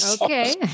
Okay